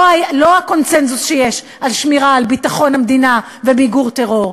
לא הקונסנזוס שיש על שמירה על ביטחון המדינה ומיגור טרור,